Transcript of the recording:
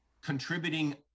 contributing